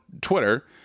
twitter